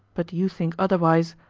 but you think otherwise,